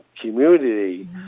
community